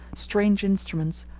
strange instruments,